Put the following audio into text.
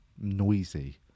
noisy